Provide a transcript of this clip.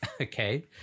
okay